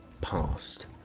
past